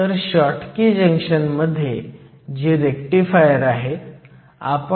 तर या विशिष्ट प्रकरणात करंट आणि Iso मधील फरक सिलिकॉनच्या बाबतीत इतका जास्त नाही